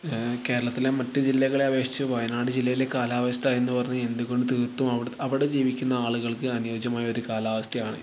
കേരളത്തിലെ മറ്റു ജില്ലകളെ അപേഷിച്ച് വയനാട് ജില്ലയിലെ കാലാവസ്ഥ എന്നു പറഞ്ഞാൽ എന്തുകൊണ്ടും തീര്ത്തും അവിടെ ജീവിക്കുന്ന ആളുകള്ക്ക് അനുയോജൃമായ ഒരു കാലാവസ്ഥയാണ്